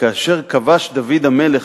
וכאשר כבש דוד המלך,